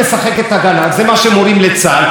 בסוף ייכנסו 10,000 איש,